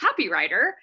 copywriter